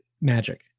magic